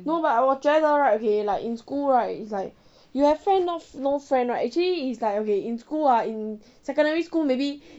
no but 我觉得 right okay like in school right it's like you have friend no friend right actually is like okay in school ah in secondary school maybe